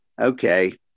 okay